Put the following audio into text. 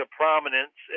prominence